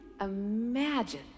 imagine